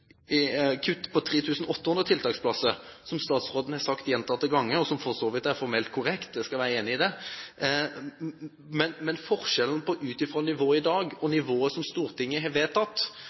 på 3 800 tiltaksplasser, som statsråden har sagt gjentatte ganger, og som for så vidt er formelt korrekt? Jeg skal være enig i det. Men forskjellen på nivået i dag og nivået som Stortinget har vedtatt,